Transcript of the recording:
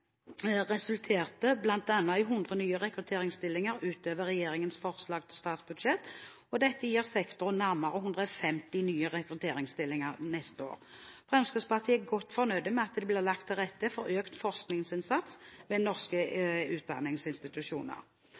resulterte bl.a. i 100 nye rekrutteringsstillinger utover regjeringens forslag til statsbudsjett. Dette gir sektoren nærmere 150 nye rekrutteringsstillinger neste år. Fremskrittspartiet er godt fornøyd med at det blir lagt til rette for økt forskningsinnsats ved norske utdanningsinstitusjoner.